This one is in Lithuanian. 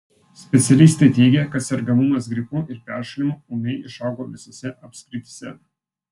specialistai teigia kad sergamumas gripu ir peršalimu ūmiai išaugo visose apskrityse